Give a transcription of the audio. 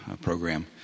program